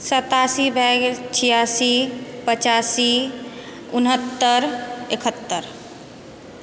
सतासी भयऽ गेल छिआसी पचासी उनहत्तरि एकहत्तरि